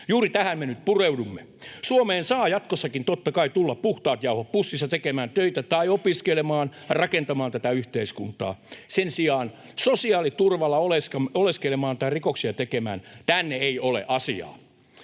Juuri tähän me nyt pureudumme. Suomeen saa jatkossakin totta kai tulla puhtaat jauhot pussissa tekemään töitä tai opiskelemaan, rakentamaan tätä yhteiskuntaa. Sen sijaan sosiaaliturvalla oleskelemaan tai rikoksia tekemään tänne ei ole asiaa.